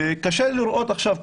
וקשה לראות עכשיו,